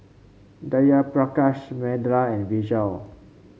Jayaprakash Medha and Vishal